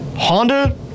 Honda